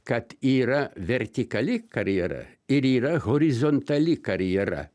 kad yra vertikali karjera ir yra horizontali karjera